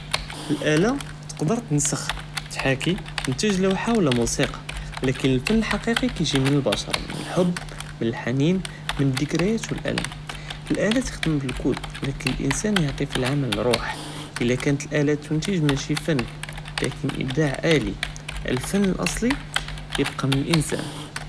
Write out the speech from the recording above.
אלאלה תקדר תנסח, תחאכי, تنتג לוהה וולה מוסיקה, ולקין אלפנ אלח'קיקי קיג'י מן אלבשר, מן אלחוב, מן אלחנין, מן אזדקריאת ו אלאלם, אלאלה תעבד בלקוד אך אלאנסאן יעטי פי אלעמל רוח, אלא קנת אלאלה تنتג, מאשי פן, ולקין איבדאע אלי, אלפנ אלאסלי ייבקה מן אלנאסאן.